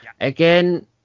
Again